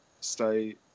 stay